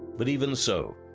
but even so,